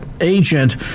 agent